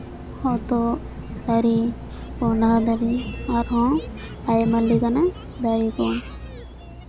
ᱦᱚᱛᱚᱫ ᱫᱟᱨᱮ ᱠᱚᱰᱷᱟ ᱫᱟᱨᱮ ᱟᱨᱦᱚᱸ ᱟᱭᱢᱟ ᱞᱮᱠᱟᱱᱟᱜ ᱫᱟᱨᱮ ᱠᱚ